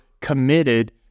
committed